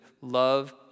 love